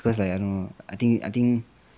cause like I don't know I think I think